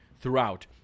throughout